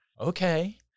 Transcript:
Okay